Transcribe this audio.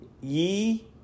ye